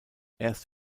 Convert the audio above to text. erst